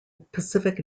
pacific